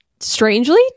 strangely